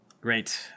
Great